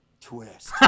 twist